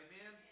Amen